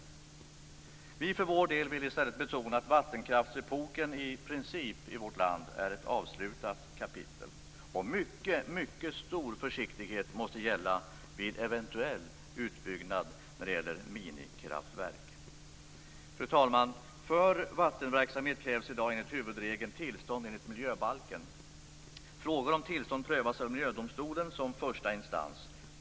Vi vill för vår del i stället betona att vattenkraftsepoken i vårt land i princip är ett avslutat kapitel. Mycket, mycket stor försiktighet måste gälla vid eventuell utbyggnad av minikraftverk. Fru talman! För vattenverksamhet krävs i dag, enligt huvudregeln, tillstånd enligt miljöbalken. Frågor om tillstånd prövas av Miljödomstolen som första instans.